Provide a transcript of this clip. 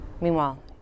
Meanwhile